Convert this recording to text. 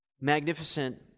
magnificent